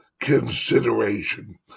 consideration